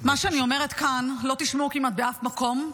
מה שאני אומרת כאן לא תשמעו כמעט באף מקום.